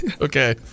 Okay